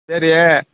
சரி